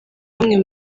bamwe